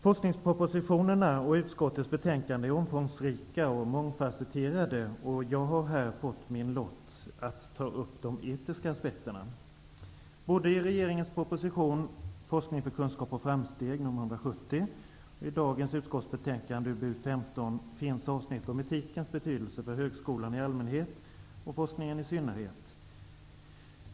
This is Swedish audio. Forskningspropositionerna och utskottets betänkanden är omfångsrika och mångfasetterade. Jag har fått på min lott att ta upp de etiska aspekterna. Både i regeringens proposition Forskning för kunskap och framsteg, 1992 93:UbU15 finns avsnitt om etikens betydelse för högskolan i allmänhet och för forskningen i synnerhet.